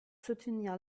soutenir